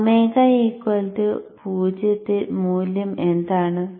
ω 0 ൽ മൂല്യം എന്താണ്